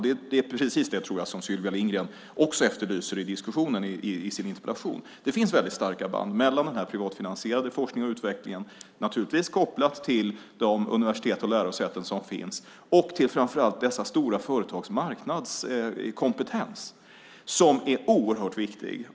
Det är precis det jag tror att Sylvia Lindgren också efterlyser i diskussionen i sin interpellation. Det finns väldigt starka band mellan den privatfinansierade forskningen och utvecklingen, naturligtvis kopplat till de universitet och lärosäten som finns, och till framför allt dessa stora företags marknadskompetens som är oerhört viktig.